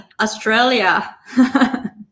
Australia